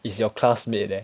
is your classmate eh